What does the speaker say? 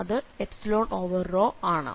അത് ആണ്